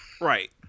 Right